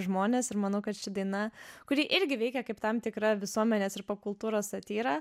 žmonės ir manau kad ši daina kuri irgi veikia kaip tam tikra visuomenės ir popkultūros satyra